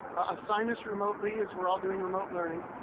assign this remotely as we're all doing remote learning.